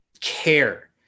care